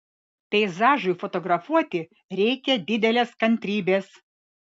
peizažui fotografuoti reikia didelės kantrybės